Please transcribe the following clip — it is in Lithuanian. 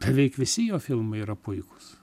beveik visi jo filmai yra puikūs